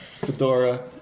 fedora